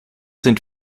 sind